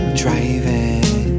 driving